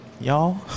Y'all